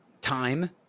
time